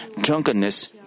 drunkenness